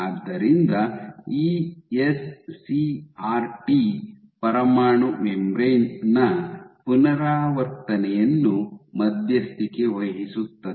ಆದ್ದರಿಂದ ಇಎಸ್ಸಿಆರ್ಟಿ ಪರಮಾಣು ಮೆಂಬ್ರೇನ್ ನ ಪುನರಾವರ್ತನೆಯನ್ನು ಮಧ್ಯಸ್ಥಿಕೆ ವಹಿಸುತ್ತದೆ